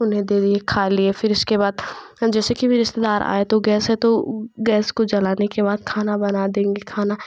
उन्हें दे दिए खा लिए फ़िर इसके बाद जैसे की भी रिश्तेदार आए तो गैस है तो गैस को जलाने के बाद खाना बना देंगे खाना